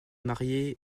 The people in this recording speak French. mariée